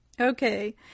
Okay